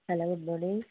hello good morning